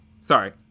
Sorry